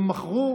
הם מכרו,